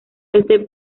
este